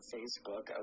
Facebook